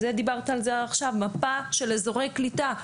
דיברת על זה עכשיו, מפה של אזורי קליטה.